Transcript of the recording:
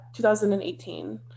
2018